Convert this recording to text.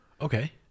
Okay